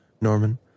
Norman